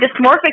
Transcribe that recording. dysmorphic